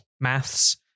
maths